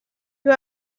you